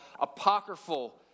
apocryphal